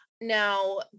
Now